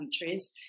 countries